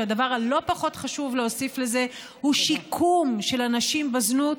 שהדבר שלא פחות חשוב להוסיף לזה הוא שיקום של הנשים בזנות,